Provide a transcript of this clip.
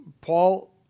Paul